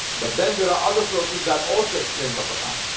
but then there are other sources that also explain the koran.